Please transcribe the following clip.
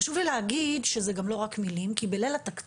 חשוב לי להגיד שזה גם לא רק מילים, כי בליל התקציב